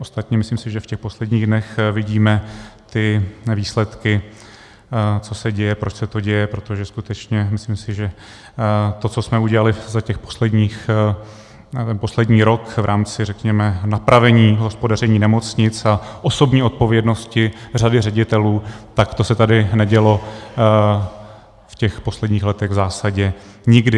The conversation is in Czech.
Ostatně myslím si, že v posledních dnech vidíme ty výsledky, co se děje, proč se to děje, protože skutečně myslím si, že to, co jsme udělali za ten poslední rok v rámci, řekněme, napravení hospodaření nemocnic a osobní odpovědnosti řady ředitelů, tak to se tady nedělo v těch posledních letech v zásadě nikdy.